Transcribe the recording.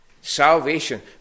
Salvation